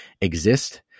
exist